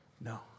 No